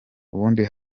ubundi